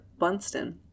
Bunston